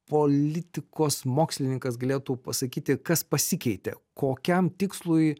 politikos mokslininkas galėtų pasakyti kas pasikeitė kokiam tikslui